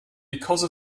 because